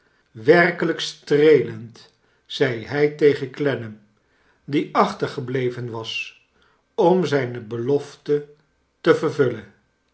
werkelijk streelend zei hij tegen clennam die achtergebleven was om zijne belofte te vervullen